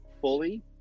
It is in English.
fully